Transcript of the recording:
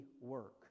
work